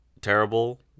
terrible